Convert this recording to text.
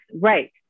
right